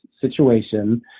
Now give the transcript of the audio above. situation